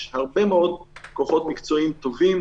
יש הרבה מאוד כוחות מקצועיים טובים,